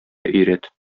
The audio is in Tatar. өйрәт